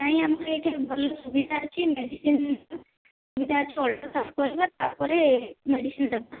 ନାଇଁ ଆମର ଏଠି ଭଲ ସୁବିଧା ଅଛି ମେଡ଼ିସିନ ସୁବିଧା ଅଛି ଆଗ ଅଲ୍ଟ୍ରାସାଉଣ୍ଡ କରିବା ତାପରେ ମେଡ଼ିସିନ ଦେବା